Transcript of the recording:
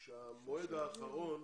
שהמועד האחרון